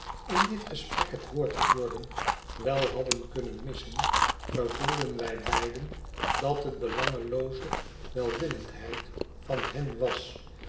in dit gesprek het woord voerden wel hadden kunnen missen gevoelden wij beiden dat het belangelooze welwillendheid van hen was